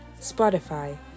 Spotify